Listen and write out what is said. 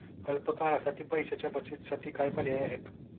अल्प काळासाठी पैशाच्या बचतीसाठी काय पर्याय आहेत?